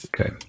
Okay